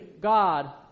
God